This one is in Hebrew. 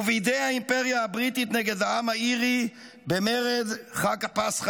ובידי האימפריה הבריטית נגד העם האירי במרד חג הפסחא